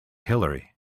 hillary